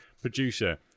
Producer